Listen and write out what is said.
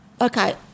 okay